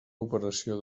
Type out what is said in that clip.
operació